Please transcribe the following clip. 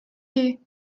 you